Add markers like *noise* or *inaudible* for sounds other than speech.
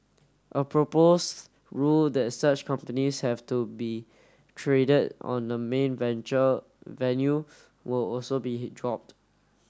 a proposed rule that such companies have to be traded on the main *unintelligible* venue will also be dropped